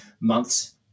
months